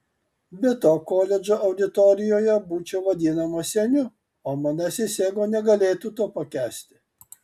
be to koledžo auditorijoje būčiau vadinamas seniu o manasis ego negalėtų to pakęsti